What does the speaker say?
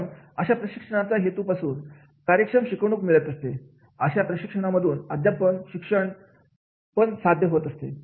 म्हणून अशा प्रशिक्षणाचा हेतू पासून कार्यक्षम शिकवणूक मिळत असते अशा प्रशिक्षणा मधून अध्यापन शिक्षण पण साध्य होत असते